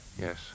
Yes